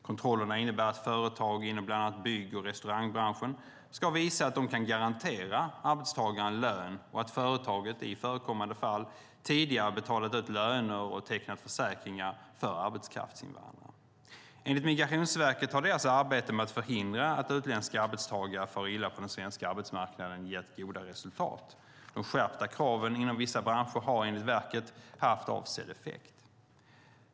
Kontrollerna innebär att företag inom bland annat byggbranschen och restaurangbranschen ska visa att de kan garantera arbetstagaren lön och att företaget i förekommande fall tidigare betalat ut löner och tecknat försäkringar för arbetskraftsinvandrare. Enligt Migrationsverket har deras arbete med att förhindra att utländska arbetstagare far illa på den svenska arbetsmarknaden gett goda resultat. De skärpta kraven inom vissa branscher har, enligt verket, haft avsedd effekt.